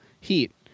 heat